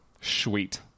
Sweet